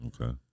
Okay